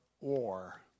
war